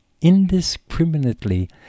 indiscriminately